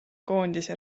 koondise